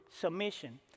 submission